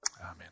Amen